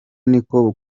niko